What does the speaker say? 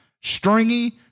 stringy